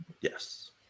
Yes